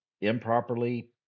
improperly